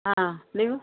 ಹಾಂ ನೀವು